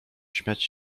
śmiać